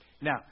Now